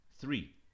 Three